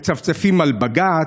מצפצפים על בג"ץ,